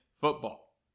football